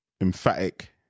emphatic